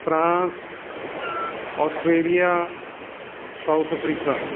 France Australia South Africa